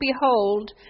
Behold